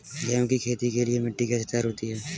गेहूँ की खेती के लिए मिट्टी कैसे तैयार होती है?